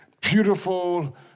beautiful